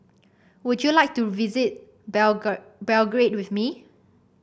would you like to visit Belgrade with me